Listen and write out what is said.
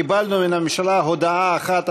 קיבלנו מן הממשלה הודעה אחת,